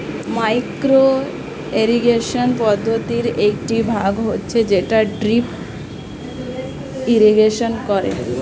micro irrigation পদ্ধতির একটি ভাগ হচ্ছে যেটা ড্রিপ ইরিগেশন করে